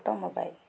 automobile